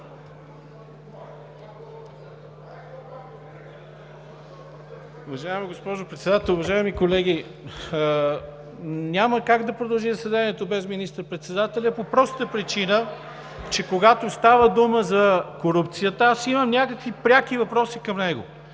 Уважаема госпожо Председател, уважаеми колеги! Няма как да продължи заседанието без министър-председателя по простата причина, че когато става дума за корупция, аз имам преки въпроси към него,